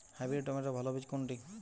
Hybrid টমেটোর ভালো বীজ কোনটি?